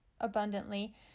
abundantly